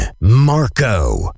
Marco